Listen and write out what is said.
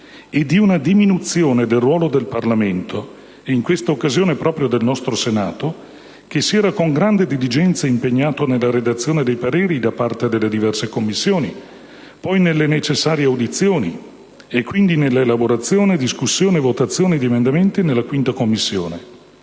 e di una diminuzione del ruolo del Parlamento e -in questa occasione - proprio del nostro Senato, che si è con grande diligenza impegnato nella redazione dei pareri da parte delle diverse Commissioni; poi nelle necessarie audizioni e quindi nella elaborazione, discussione e votazione di emendamenti nella 5a Commissione,